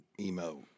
emo